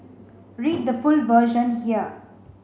read the full version here